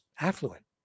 affluent